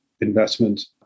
investment